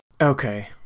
Okay